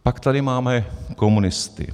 Pak tady máme komunisty.